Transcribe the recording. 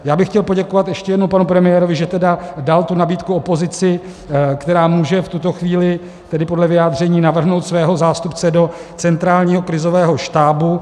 Já bych chtěl poděkovat ještě jednou panu premiérovi, že dal tu nabídku opozici, která může v tuto chvíli podle vyjádření navrhnout svého zástupce do centrálního krizového štábu.